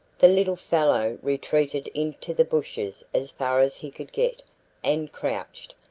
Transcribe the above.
the little fellow retreated into the bushes as far as he could get and crouched,